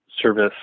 service